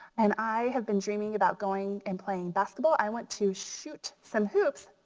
and i have been dreaming about going and playing basketball. i want to shoot some hoops,